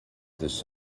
this